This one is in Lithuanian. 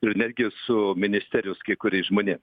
ir netgi su ministerijos kai kuriais žmonėm